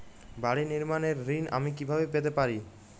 বাড়ি নির্মাণের ঋণ আমি কিভাবে পেতে পারি?